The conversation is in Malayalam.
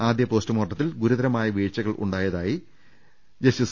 ആദ്യ പോസ്റ്റുമോർട്ടത്തിൽ ഗുരുതരമായ വീഴ്ചകൾ ഉണ്ടായതായി ജസ്റ്റിസ്